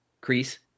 Crease